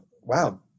wow